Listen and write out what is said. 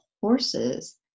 horses